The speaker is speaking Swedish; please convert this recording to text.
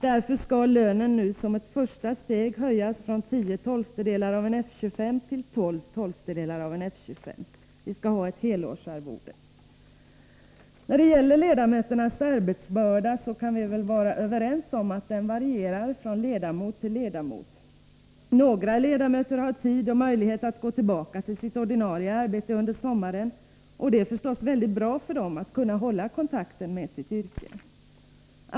Därför skall lönen nu som ett första steg höjas från 10 12 av en F 25. Vi skall ha ett helårsarvode. När det gäller ledamöternas arbetsbörda så kan vi väl vara överens om att den varierar från ledamot till ledamot. Några ledamöter har tid och möjlighet att gå tillbaka till sitt ordinarie arbete under sommaren, och det är förstås väldigt bra för dem att kunna hålla kontakten med sitt yrke.